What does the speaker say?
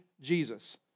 Jesus